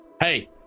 Hey